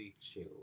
chill